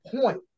point